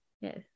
yes